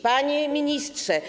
Panie Ministrze!